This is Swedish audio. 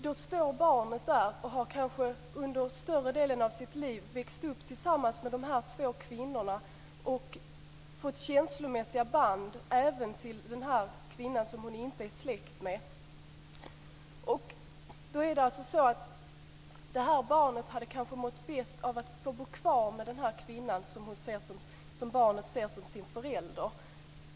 Då står barnet där och har kanske under större delen av sitt liv växt upp tillsammans med dessa två kvinnor och fått känslomässiga band även till den kvinna som barnet inte är släkt med. Det här barnet hade kanske mått bäst av att få bo kvar med den kvinna som barnet ser som sin förälder.